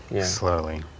slowly